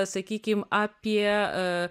sakykim apie